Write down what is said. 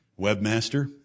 webmaster